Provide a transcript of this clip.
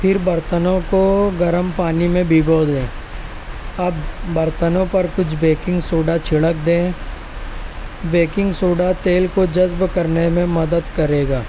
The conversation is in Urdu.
پھر برتنوں کو گرم پانی میں بھگو دیں اب برتنوں پر کچھ بیکنگ سوڈا چھڑک دیں بیکنگ سوڈا تیل کو جذب کرنے میں مدد کرے گا